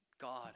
God